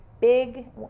big